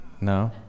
No